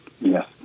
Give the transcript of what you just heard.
yes